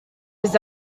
his